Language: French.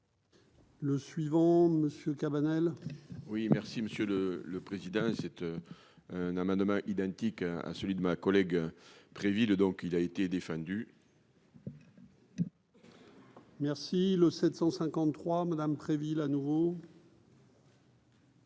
Le suivant monsieur Cabanel. Oui, merci Monsieur le le président cette un amendement identique à celui de ma collègue Préville le donc il a été défendu. Merci le 753 Madame Préville à nouveau.